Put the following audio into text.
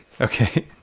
Okay